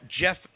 Jeff